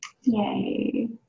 yay